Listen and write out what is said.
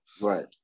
Right